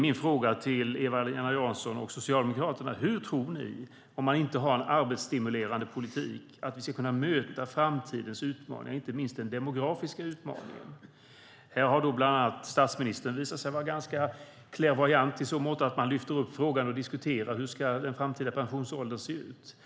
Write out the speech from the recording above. Min fråga till Eva-Lena Jansson och Socialdemokraterna är: Hur tror ni att vi ska kunna möta framtidens utmaningar och inte minst den demografiska utmaningen om man inte har en arbetsstimulerande politik? Här har bland annat statsministern visat sig vara klärvoajant i så måtto att han lyfte upp frågan att diskutera: Hur ska den framtida pensionsåldern se ut?